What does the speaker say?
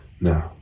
No